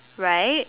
right